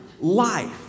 life